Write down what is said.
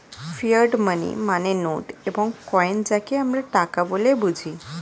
fiat money মানে note এবং coin যাকে আমরা টাকা বলে বুঝি